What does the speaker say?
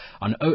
on